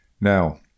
Now